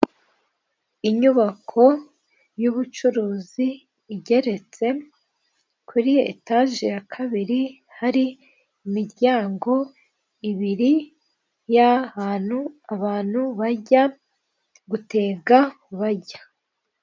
Inyubako y'ubucuruzi igeretse, kuri etage ya kabiri hari imiryango ibiri y'ahantu abantu bajya gutega bajya.